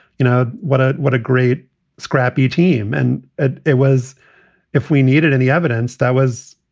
you know, what a what a great scrappy team. and it it was if we needed any evidence that was,